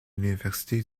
l’université